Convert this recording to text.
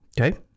Okay